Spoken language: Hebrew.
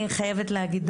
חייבת להגיד דבר